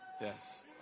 yes